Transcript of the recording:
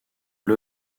que